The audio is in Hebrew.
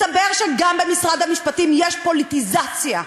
מסתבר שגם במשרד המשפטים יש פוליטיזציה,